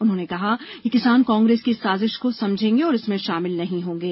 उन्होंने कहा कि किसान कांग्रेस की इस साजिश को समझेंगे और इसमें शामिल नहीं होंगे